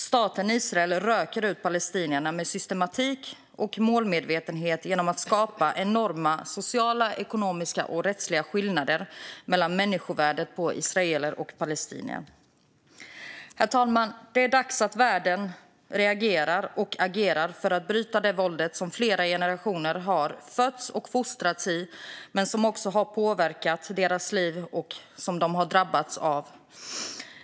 Staten Israel röker ut palestinierna med systematik och målmedvetenhet genom att skapa enorma sociala, ekonomiska och rättsliga skillnader och skillnader i människovärdet mellan israeler och palestinier. Herr talman! Det är dags att världen reagerar och agerar för att bryta det våld som flera generationer har fötts och fostrats i och som också har påverkat deras liv och som de har drabbats av.